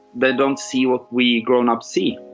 they don't see what we grown-ups see.